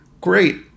great